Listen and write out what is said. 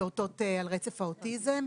פעוטות על רצף האוטיזם.